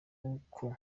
uko